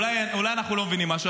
אולי אנחנו לא מבינים משהו,